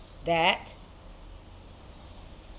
that